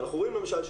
ואנחנו רואים למשל,